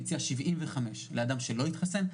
היא הציעה שבעים וחמש לאדם שלא התחסן,